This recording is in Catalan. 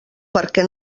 perquè